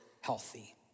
healthy